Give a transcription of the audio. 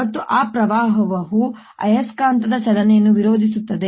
ಮತ್ತು ಆ ಪ್ರವಾಹವು ಆಯಸ್ಕಾಂತದ ಚಲನೆಯನ್ನು ವಿರೋಧಿಸುತ್ತದೆ